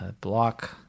block